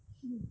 mm